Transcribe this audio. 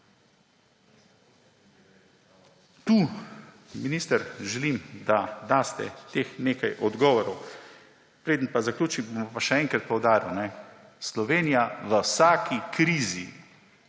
Tu, minister, želim, da daste teh nekaj odgovorov. Preden pa zaključim, bom pa še enkrat poudaril. Slovenija v vsaki krizi,